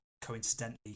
coincidentally